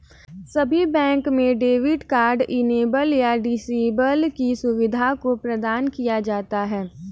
सभी बैंकों में डेबिट कार्ड इनेबल या डिसेबल की सुविधा को प्रदान किया जाता है